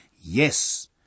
yes